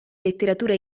letteratura